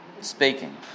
speaking